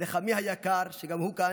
לחמי היקר, שגם הוא כאן,